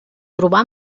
trobar